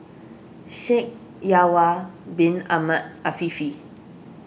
Shaikh Yahya Bin Ahmed Afifi